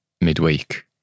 midweek